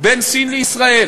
בין סין לישראל.